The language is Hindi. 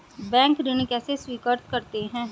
बैंक ऋण कैसे स्वीकृत करते हैं?